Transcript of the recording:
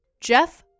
Jeff